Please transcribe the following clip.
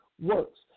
works